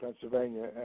Pennsylvania